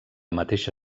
mateixa